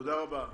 תודה רבה.